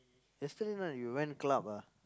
yesterday night you went club ah